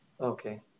Okay